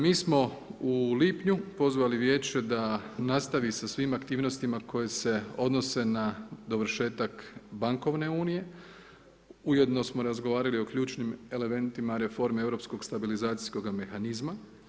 Mi smo u lipnju pozvali Vijeće da nastavi sa svim aktivnostima koje se odnose na dovršetak bankovne unije, ujedno smo razgovarali o ključnim elementima reforme europskog stabilizacijskog mehanizma.